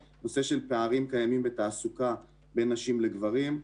2. פערים קיימים בתעסוקה בין נשים לגברים.